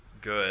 good